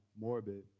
morbid